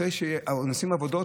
אחרי שעושים עבודות.